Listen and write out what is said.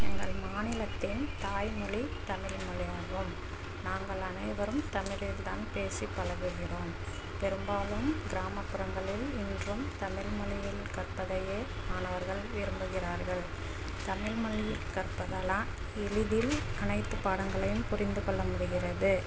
எங்கள் மாநிலத்தின் தாய்மொழி தமிழ்மொழி ஆகும் நாங்கள் அனைவரும் தமிழில் தான் பேசி பழகுகிறோம் பெரும்பாலும் கிராமப்புறங்களில் இன்றும் தமிழ்மொழியில் கற்பதையே மாணவர்கள் விரும்பிகிறார்கள் தமிழ்மொழி கற்பதெல்லாம் எளிதில் அனைத்து பாடங்களையும் புரிந்து கொள்ள முடிகிறது